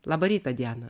labą rytą diana